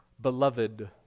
beloved